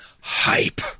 hype